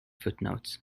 footnotes